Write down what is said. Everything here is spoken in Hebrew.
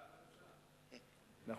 בעד הממשלה.